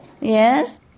Yes